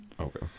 Okay